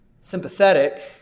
sympathetic